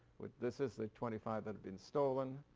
this is the twenty five that have been stolen.